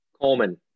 Coleman